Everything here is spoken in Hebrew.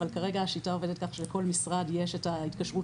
אבל כרגע השיטה עובדת כך שלכל משרד יש את ההתקשרות